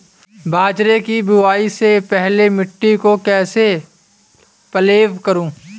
बाजरे की बुआई से पहले मिट्टी को कैसे पलेवा करूं?